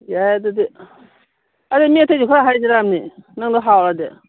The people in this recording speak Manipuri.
ꯌꯥꯏ ꯑꯗꯨꯗꯤ ꯑꯗꯨ ꯃꯤ ꯑꯇꯩꯁꯨ ꯈꯔ ꯍꯥꯏꯁꯤꯔꯃꯤ ꯅꯪꯗꯣ ꯍꯥꯎꯔꯗꯤ